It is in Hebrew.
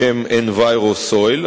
בשם N-Viro Soil,